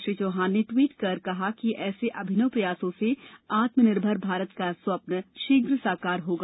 श्री चौहान ने ट्वीट कर कहा ऐसे अभिनव प्रयासों से आत्मनिर्भर भारत का स्वप्न शीघ्र साकार होगा